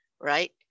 right